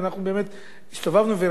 הסתובבנו וראינו את אותם בתים,